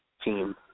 team